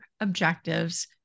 objectives